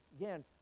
again